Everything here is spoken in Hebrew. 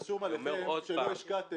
זה רשום עליכם שלא השקעתם.